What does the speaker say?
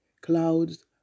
clouds